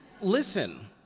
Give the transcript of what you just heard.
Listen